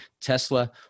Tesla